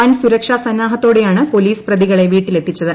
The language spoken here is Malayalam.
വൻ സുരക്ഷാ സന്നാഹത്തോടെയാണ് പോലീസ് പ്രതികളെ വീട്ടിലെത്തിച്ചത്